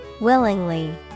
willingly